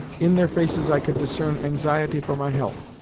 in their faces i could discern anxiety for my health,